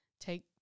take